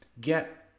get